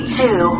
two